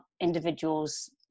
individuals